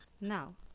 now